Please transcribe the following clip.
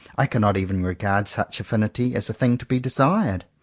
i cannot even regard such affinity as a thing to be desired.